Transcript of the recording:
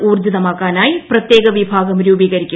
ഊർജ്ജിതമാക്കാനായ പ്രത്യേക വിഭാഗം രൂപീകരിക്കും